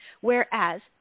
whereas